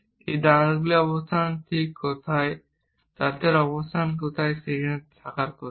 এই দাঁতগুলির অবস্থান ঠিক কোথায় দাঁতের অবস্থান সেখানে থাকার কথা